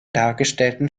dargestellten